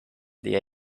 the